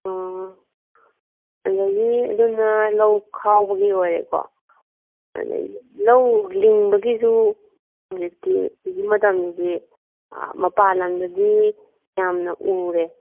ꯑ ꯑꯗꯒꯤ ꯑꯗꯨꯅ ꯂꯧ ꯈꯥꯎꯕꯒꯤ ꯑꯣꯏꯔꯦꯀꯣ ꯑꯗꯒꯤ ꯂꯧ ꯂꯤꯡꯕꯒꯤꯁꯨ ꯍꯧꯖꯤꯛꯇꯤ ꯍꯧꯖꯤꯛ ꯃꯇꯝꯁꯤꯗꯤ ꯃꯄꯥꯜ ꯂꯝꯗꯗꯤ ꯌꯥꯝꯅ ꯎꯔꯦ